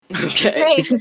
Okay